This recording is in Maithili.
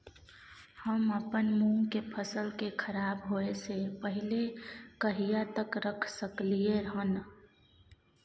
हम अपन मूंग के फसल के खराब होय स पहिले कहिया तक रख सकलिए हन?